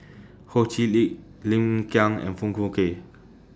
Ho Chee Lick Lim Kiang and Foong Fook Kay